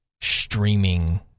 streaming